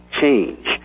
change